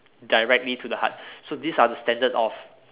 directly to the heart so these are the standard of